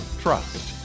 Trust